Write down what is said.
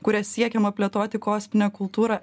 kuria siekiama plėtoti kosminę kultūrą